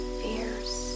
fierce